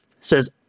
says